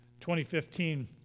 2015